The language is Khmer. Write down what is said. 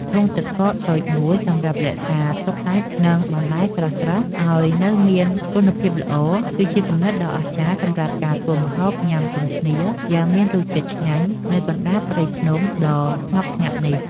ធុងទឹកកកតូចមួយសម្រាប់រក្សាទុកសាច់ និង បន្លែស្រស់ៗឱ្យនៅមានគុណភាពល្អគឺជាគំនិតដ៏អស្ចារ្យសម្រាប់ការធ្វើម្ហូបញ៉ាំជុំគ្នាយ៉ាងមានរសជាតិឆ្ងាញ់នៅកណ្ដាលព្រៃភ្នំដ៏ស្ងប់ស្ងាត់នេះ។